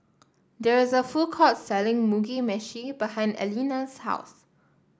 there is a food court selling Mugi Meshi behind Eleni's house